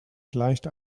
gleicht